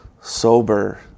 Sober